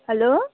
hello